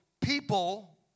people